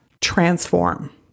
transform